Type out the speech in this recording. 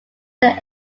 then